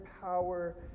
power